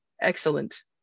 excellent